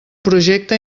projecte